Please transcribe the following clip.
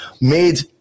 made